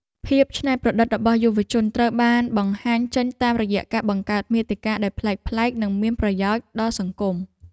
ភាពច្នៃប្រឌិតរបស់យុវជនត្រូវបានបង្ហាញចេញតាមរយៈការបង្កើតមាតិកាដែលប្លែកៗនិងមានប្រយោជន៍ដល់សង្គម។